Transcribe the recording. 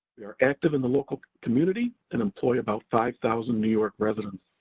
we are active in the local community, and employ about five thousand new york residents.